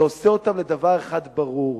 זה עושה אותן לדבר אחד ברור.